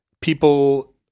people